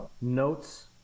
notes